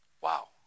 Wow